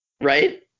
Right